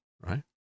right